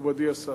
מכובדי השר,